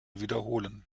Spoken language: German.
wiederholen